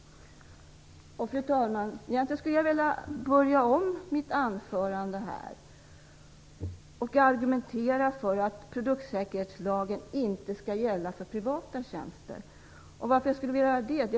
Fru talman! Egentligen skulle jag vilja börja om mitt anförande och argumentera för att produktsäkerhetslagen inte skall gälla för privata tjänster. Varför skulle jag vilja göra det?